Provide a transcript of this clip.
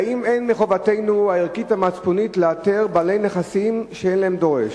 3. האם אין מחובתנו הערכית המצפונית לאתר בעלי נכסים שאין להם דורש?